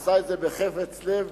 עשה זאת בחפץ לב,